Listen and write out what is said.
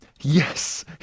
Yes